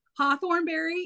Hawthornberry